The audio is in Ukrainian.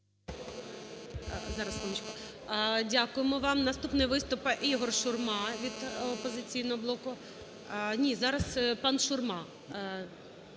Дякуємо вам. Наступний виступ – ІгорШурма від "Опозиційного блоку". Ні, зараз пан Шурма.